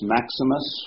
Maximus